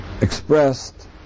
expressed